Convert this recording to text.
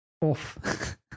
off